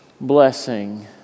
blessing